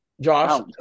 Josh